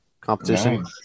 competition